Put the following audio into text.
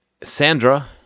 Sandra